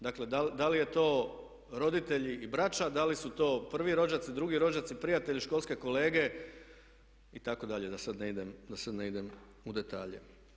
Dakle, da li je to roditelji i braća, da li su to prvi rođaci, drugi rođaci, prijatelji, školske kolege itd. da sad ne idem u detalje.